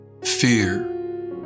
fear